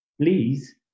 please